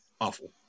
awful